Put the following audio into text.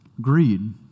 Greed